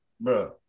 bro